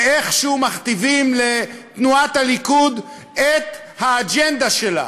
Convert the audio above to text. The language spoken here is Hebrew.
שאיכשהו מכתיבים לתנועת הליכוד את האג'נדה שלה.